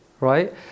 right